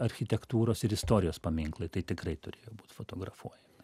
architektūros ir istorijos paminklai tai tikrai turėjo būt fotografuojami